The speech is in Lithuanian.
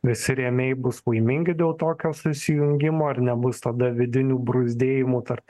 visi rėmėjai bus laimingi dėl tokio susijungimo ar nebus tada vidinių bruzdėjimų tarp